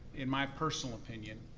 in my personal opinion,